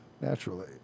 naturally